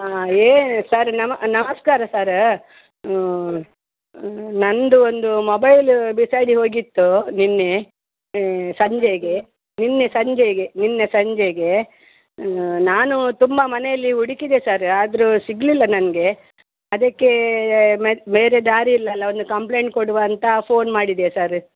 ಹಾಂ ಏ ಸರ್ ನಮ ನಮಸ್ಕಾರ ಸರ್ ನಂದು ಒಂದು ಮೊಬೈಲ್ ಬಿಸಾಡಿ ಹೋಗಿತ್ತು ನೆನ್ನೆ ಸಂಜೆಗೆ ನೆನ್ನೆ ಸಂಜೆಗೆ ನೆನ್ನೆ ಸಂಜೆಗೆ ನಾನು ತುಂಬ ಮನೆಯಲ್ಲಿ ಹುಡುಕಿದೆ ಸರ್ ಆದರು ಸಿಗಲಿಲ್ಲ ನನಗೆ ಅದಕ್ಕೇ ಮತ್ತು ಬೇರೆ ದಾರಿ ಇಲ್ಲಲ ಒಂದು ಕಂಪ್ಲೇಂಟ್ ಕೊಡುವ ಅಂತ ಫೋನ್ ಮಾಡಿದೆ ಸರ್